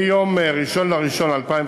מיום 1 בינואר 2015,